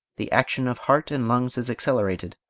the action of heart and lungs is accelerated,